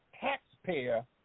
taxpayer